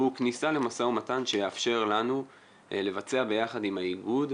הוא כניסה למשא ומתן שיאפשר לנו לבצע ביחד עם האיגוד,